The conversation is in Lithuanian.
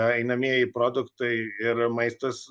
einamieji produktai ir maistas